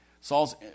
Saul's